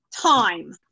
time